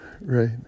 right